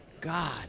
God